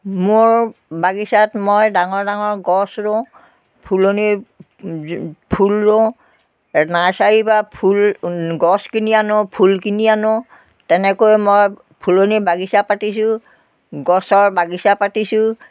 মোৰ বাগিচাত মই ডাঙৰ ডাঙৰ গছ ৰুওঁ ফুলনি ফুল ৰুওঁ নাৰ্চাৰীৰপৰা ফুল গছ কিনি আনোঁ ফুল কিনি আনোঁ তেনেকৈ মই ফুলনি বাগিচা পাতিছোঁ গছৰ বাগিচা পাতিছোঁ